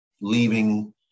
leaving